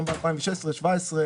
גם ב-2016 וב-2017,